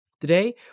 Today